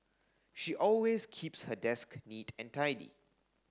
she always keeps her desk neat and tidy